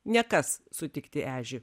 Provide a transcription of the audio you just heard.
nekas sutikti ežį